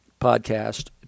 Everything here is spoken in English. podcast